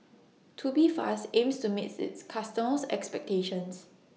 Tubifast aims to meet its customers' expectations